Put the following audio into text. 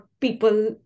people